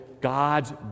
God's